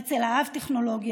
הרצל אהב טכנולוגיה,